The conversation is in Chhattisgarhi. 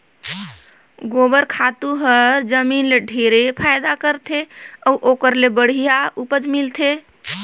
गोबर खातू हर जमीन ल ढेरे फायदा करथे अउ ओखर ले बड़िहा उपज मिलथे